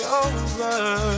over